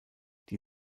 die